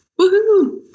Woohoo